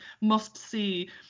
must-see